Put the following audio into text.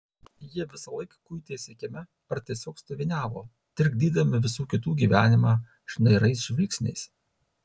jie visąlaik kuitėsi kieme ar tiesiog stoviniavo trikdydami visų kitų gyvenimą šnairais žvilgsniais